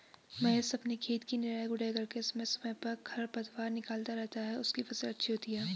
महेश अपने खेत की निराई गुड़ाई करके समय समय पर खरपतवार निकलता रहता है उसकी फसल अच्छी होती है